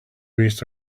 waste